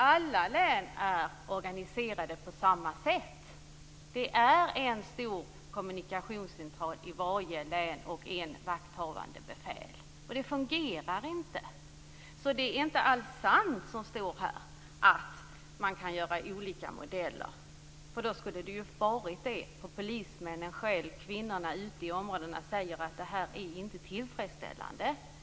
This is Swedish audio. Alla län är organiserade på samma sätt. Det finns en stor kommunikationscentral i varje län och ett vakthavande befäl. Det fungerar inte. Det som står i betänkandet om att man kan ha olika modeller är inte alls sant. Då skulle det ju funnits olika modeller, för polismännen och poliskvinnorna ute i områdena säger att detta inte är tillfredsställande.